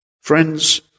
Friends